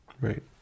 right